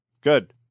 Good